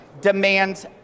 demands